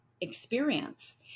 experience